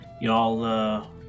Y'all